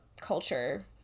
culture